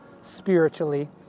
spiritually